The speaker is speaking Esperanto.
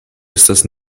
estas